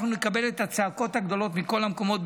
אנחנו נקבל את הצעקות הגדולות מכל המקומות,